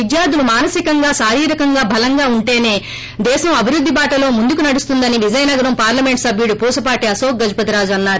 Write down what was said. విద్యార్గులు మానసికంగా శారీరకంగా బలంగా ఉంటేసే దేశం అభివృద్ది బాటలో ముందుకు నడుస్తుందని విజయనగరం పార్లమెంటు సభ్యుడు పూసపాటి అశోక్ గజపతిరాజు అన్నారు